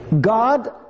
God